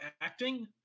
acting